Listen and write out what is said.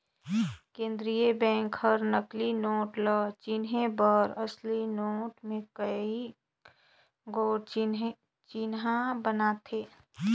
केंद्रीय बेंक हर नकली नोट ल चिनहे बर असली नोट में कइयो गोट चिन्हा बनाथे